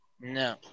No